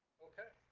okay,